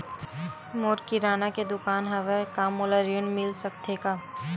मोर किराना के दुकान हवय का मोला ऋण मिल सकथे का?